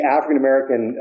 African-American